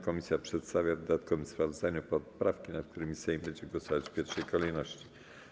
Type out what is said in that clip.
Komisja przedstawia w dodatkowym sprawozdaniu poprawki, nad którymi Sejm będzie głosować w pierwszej kolejności.